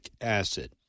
acid